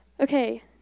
Okay